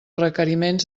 requeriments